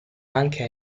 anche